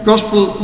Gospel